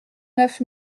neuf